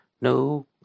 no